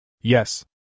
Yes